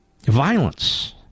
Violence